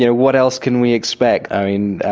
you know what else can we expect? i mean,